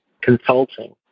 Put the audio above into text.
consulting